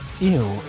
Ew